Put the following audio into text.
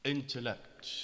Intellect